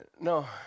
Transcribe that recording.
No